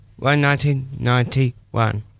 1991